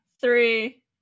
three